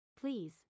Please